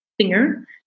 singer